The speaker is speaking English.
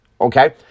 okay